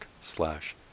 slash